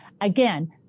Again